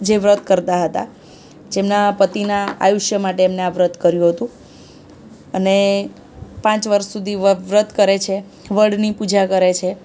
જે વ્રત કરતાં હતાં જેમના પતિનાં આયુષ્ય માટે એમણે આ વ્રત કર્યું હતું અને પાંચ વર્ષ સુધી વ્રત કરે છે વડની પૂજા કરે છે